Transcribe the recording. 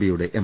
P യുടെ M